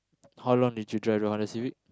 how long did you drive your Honda-Civic